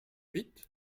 vite